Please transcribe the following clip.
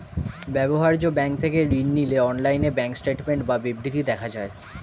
ব্যবহার্য ব্যাঙ্ক থেকে ঋণ নিলে অনলাইনে ব্যাঙ্ক স্টেটমেন্ট বা বিবৃতি দেখা যায়